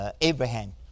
Abraham